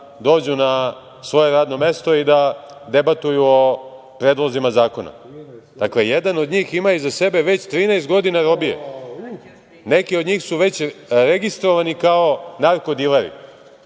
dođu na svoje radno mesto i da debatuju o predlozima zakona. Dakle, jedan od njih ima iza sebe već 13 godina robije. Neki od njih su već registrovani kao narko dileri.